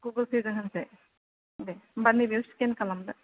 Google Pay जों होनसै दे होमबा नै बेयाव स्केन खालामदो